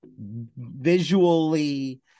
visually